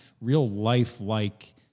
real-life-like